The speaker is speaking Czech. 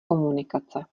komunikace